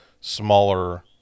smaller